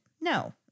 no